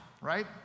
right